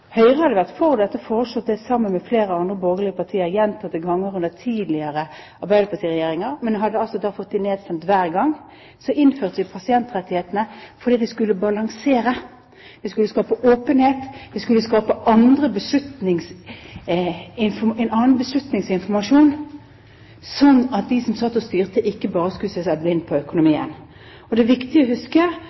Høyre hadde vært for dette og foreslått det sammen med flere andre borgerlige partier gjentatte ganger under tidligere arbeiderpartiregjeringer, men vi hadde altså fått det nedstemt hver gang. Så innførte vi pasientrettighetene fordi det skulle balansere. Vi skulle skape åpenhet, vi skulle skape en annen beslutningsinformasjon, sånn at de som satt og styrte, ikke bare skulle se seg blind på økonomien. Det er viktig å huske